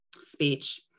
speech